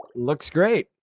looks great!